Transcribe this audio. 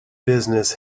business